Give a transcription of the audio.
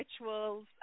rituals